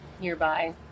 nearby